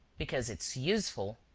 because it's useful.